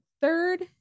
third